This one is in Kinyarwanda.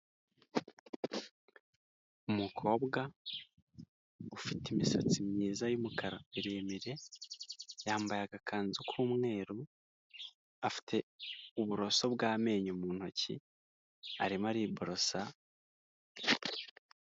Umukobwa ufite imisatsi myiza y'umukara miremire, yambaye agakanzu k'umweru, afite uburoso bw'amenyo mu ntoki arimo ariborosa.